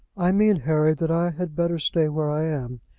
i mean, harry, that i had better stay where i am.